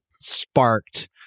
sparked